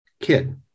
kid